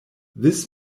this